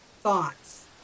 thoughts